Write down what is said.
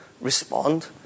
respond